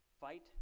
Fight